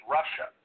Russia